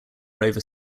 rover